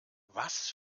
was